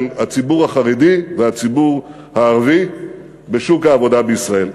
הציבור החרדי והציבור הערבי בשוק העבודה בישראל.